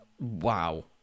wow